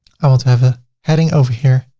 i want to have a heading over here.